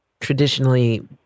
traditionally